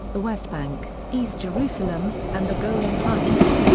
the west bank, east jerusalem, and the golan heights.